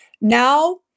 Now